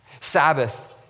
Sabbath